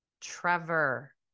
Trevor